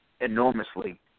enormously